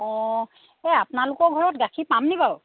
অঁ এই আপোনালোকৰ ঘৰত গাখীৰ পাম নেকি বাৰু